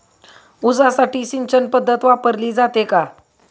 ऊसासाठी सिंचन पद्धत वापरली जाते का?